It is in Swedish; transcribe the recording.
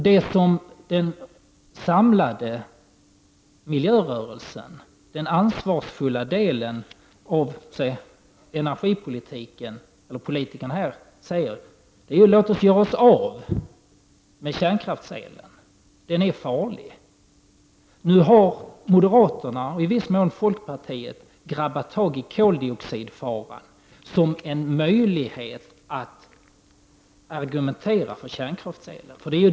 Det som den samlade miljörörelsen, den ansvarsfulla delen av energipolitikerna, säger är: Låt oss göra oss av med kärnkraftselen, eftersom den är farlig. Nu har moderaterna, och i viss mån folkpartiet, grabbat tag i koldioxidfaran som en möjlighet att argumentera för kärnkraftselen.